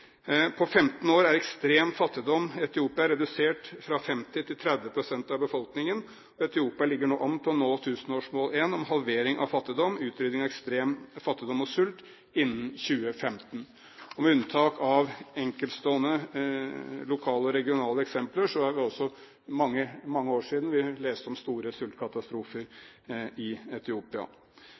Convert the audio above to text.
På 15 år er ekstrem fattigdom i Etiopia redusert, fra 50 til 30 pst. av befolkningen. Etiopia ligger nå an til å nå tusenårsmål 1 om halvering av fattigdom, utrydding av ekstrem fattigdom og sult innen 2015. Med unntak av enkeltstående lokale og regionale eksempler er det mange år siden vi leste om store sultkatastrofer i Etiopia.